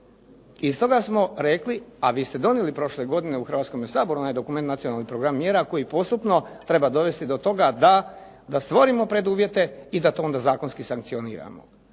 I stoga smo rekli, a vi ste donijeli prošle godine u Hrvatskom saboru onaj dokument Nacionalni program mjera, koji postupno dovesti do toga da stvorimo preduvjete i da to onda zakonski sankcioniramo.